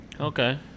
Okay